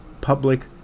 public